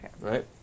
Right